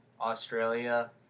Australia